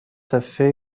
دفعه